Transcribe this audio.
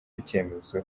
icyemezo